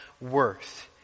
worth